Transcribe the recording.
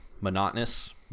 monotonous